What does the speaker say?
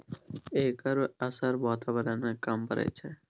एकर असर बाताबरण में कम परय छै